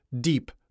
deep